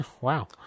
Wow